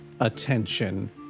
attention